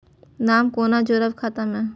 नाम कोना जोरब खाता मे